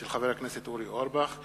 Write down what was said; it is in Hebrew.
של חבר הכנסת אורי אורבך,